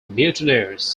mutineers